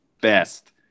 best